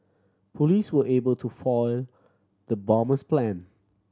police were able to foil the bomber's plan